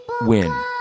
win